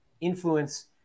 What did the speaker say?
influence